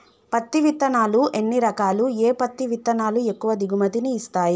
పత్తి విత్తనాలు ఎన్ని రకాలు, ఏ పత్తి విత్తనాలు ఎక్కువ దిగుమతి ని ఇస్తాయి?